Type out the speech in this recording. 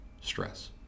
stress